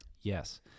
Yes